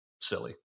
silly